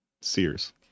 Sears